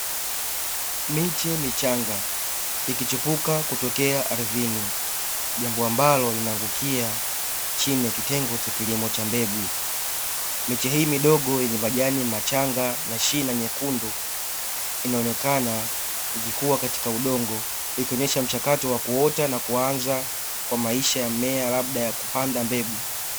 Miche michanga ikichipuka kutokea ardhini, jambo ambalo linaangukia chini ya kitengo ch kilimo cha mbegu. Miche hii midogo yenye majani machanga na shina nyekundu inaonekana ikikua katika udongo, ikionyesha mchakato wa kuota na kuanza kwa maisha ya mmea labda ya kupanda mbegu.